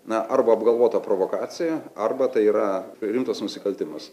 na arba apgalvota provokacija arba tai yra rimtas nusikaltimas